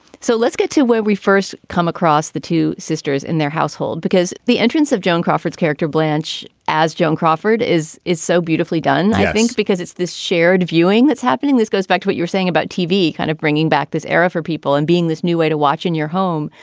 so let's get to where we first come across the two sisters in their household, because the entrance of joan crawford's character, blanche, as joan crawford is, is so beautifully done, i think, because it's this shared viewing that's happening. this goes back to what you're saying about tv, kind of bringing back this era for people and being this new way to watch in your home.